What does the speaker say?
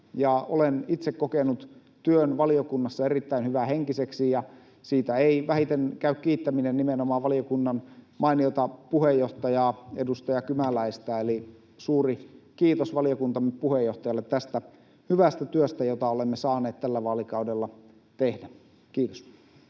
Olen itse kokenut työn valiokunnassa erittäin hyvähenkiseksi, ja siitä ei vähiten käy kiittäminen nimenomaan valiokunnan mainiota puheenjohtajaa, edustaja Kymäläistä. Eli suuri kiitos valiokuntamme puheenjohtajalle tästä hyvästä työstä, jota olemme saaneet tällä vaalikaudella tehdä. — Kiitos.